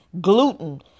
gluten